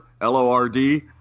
L-O-R-D